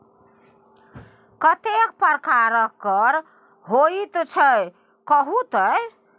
कतेक प्रकारक कर होइत छै कहु तए